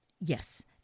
yes